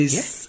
Yes